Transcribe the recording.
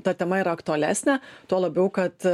ta tema yra aktualesnė tuo labiau kad